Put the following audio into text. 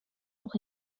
auch